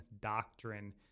doctrine